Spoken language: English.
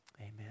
Amen